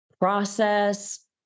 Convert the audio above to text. process